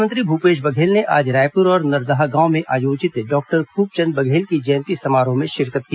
मुख्यमंत्री भूपेश बधेल ने आज रायपुर और नरदहा गांव में आयोजित डॉक्टर खूबचंद बघेल की जयंती समारोह में शिरकत की